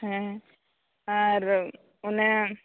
ᱦᱮᱸ ᱟᱨ ᱚᱱᱮ